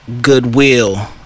Goodwill